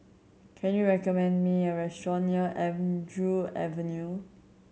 can you recommend me a restaurant near Andrew Avenue